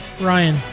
Ryan